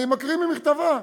יש לי את כל התכתובת,